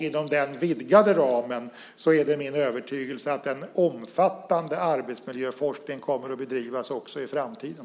Inom den vidgade ramen är det min övertygelse att omfattande arbetsmiljöforskning kommer att bedrivas också i framtiden.